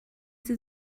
sie